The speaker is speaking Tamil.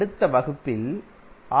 அடுத்த வகுப்பில் ஆர்